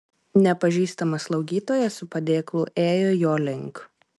nepažįstama slaugytoja su padėklu ėjo jo link